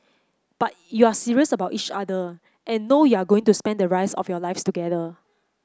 but you're serious about each other and know you're going to spend the rest of your lives together